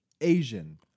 Asian